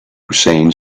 hussain